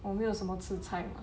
我没有什么吃菜 ma